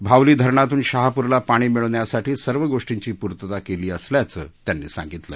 भावली धरणातून शहापूरला पाणी मिळण्यासाठी सर्व गोष्टींची पूर्तता केली असल्याचं त्यांनी सांगितलं